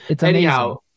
Anyhow